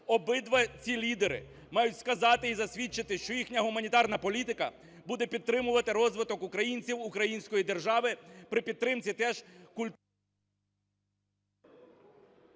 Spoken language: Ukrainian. обидва ці лідери мають сказати і засвідчити, що їхня гуманітарна політика буде підтримувати розвиток українців, української держави при підтримці теж… ГОЛОВУЮЧИЙ.